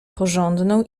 porządną